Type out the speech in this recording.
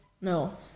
No